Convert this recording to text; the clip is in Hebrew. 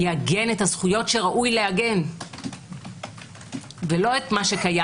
יעגן את הזכויות שראוי לעגן ולא את הקיים